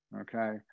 okay